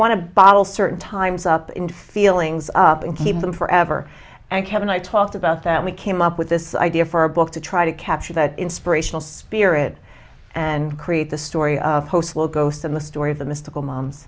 to bottle certain times up in feelings up and keep them forever and kevin i talked about that we came up with this idea for a book to try to capture that inspirational spirit and create the story of postal ghost in the story of the mystical mom